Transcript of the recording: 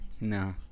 No